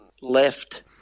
left